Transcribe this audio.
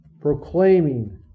proclaiming